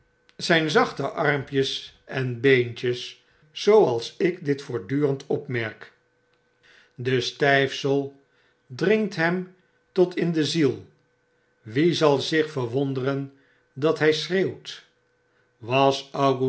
huid ooit armpjes en beentjes zooals ik dit voortdurend opmerk de styfsel dringt hem totindeziel wie zal zich verwonderen dat hg schreeuwt was